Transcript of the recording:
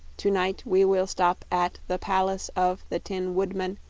to-night we will stop at the pal-ace of the tin wood-man,